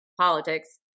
politics